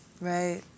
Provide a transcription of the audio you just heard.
right